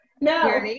no